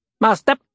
Master